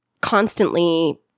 constantly –